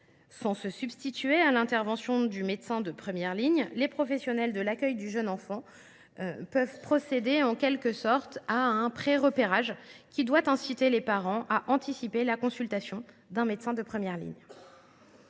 Sans se substituer à l’intervention du médecin de première ligne, les professionnels de l’accueil du jeune enfant peuvent procéder, en quelque sorte, à un prérepérage, qui doit inciter les parents à anticiper la consultation d’un médecin de première ligne.